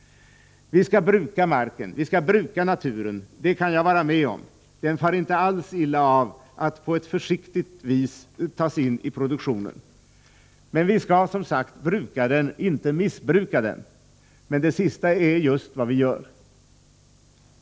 Vi skall bruka naturen. Det kan jag hålla med om; den far inte illa av att på ett försiktigt vis tas in i produktionen. Vi skall som sagt bruka den, inte missbruka den. Men det sista är just vad vi gör.